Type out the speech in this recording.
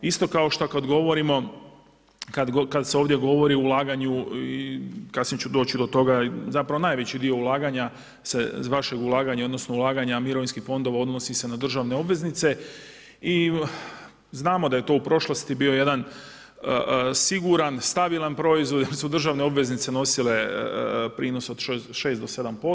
Isto kao što kad govorimo, kad se ovdje govori o ulaganju i kasnije ću doći do toga, zapravo najveći dio ulaganja se ... odnosno ulaganje mirovinskih fondova odnosi se na državne obveznice i znamo da je to u prošlosti bio jedan siguran, stabilan proizvod jer su državne obveznice nosile prinose od 6-7%